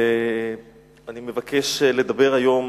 ואני מבקש לדבר היום